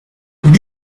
could